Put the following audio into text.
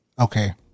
Okay